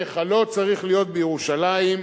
והיכלו צריך להיות בירושלים.